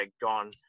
gone